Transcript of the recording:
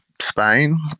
Spain